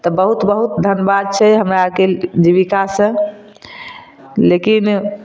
तऽ बहुत बहुत धन्यबाद छै हमरा आरके जीबिका से लेकिन